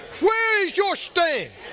where is your sting?